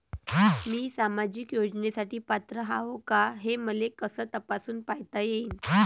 मी सामाजिक योजनेसाठी पात्र आहो का, हे मले कस तपासून पायता येईन?